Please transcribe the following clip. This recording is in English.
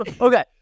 Okay